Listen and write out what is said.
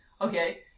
Okay